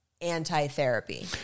anti-therapy